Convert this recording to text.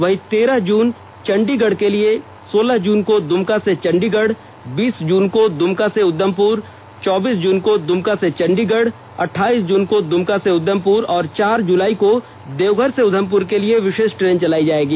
वहीं तेरह जून चंडीगढ़ के लिए सोलह जून को दुमका से चंडीगढ़ बीस जून को दुमका से उधमपुर चौबीस जून को दुमका से चंडीगढ़ अठाईस जून को दुमका से उधमपुर और चार जुलाई को देवघर से उधमपुर के लिए विषेष ट्रेन चलायी जाएगी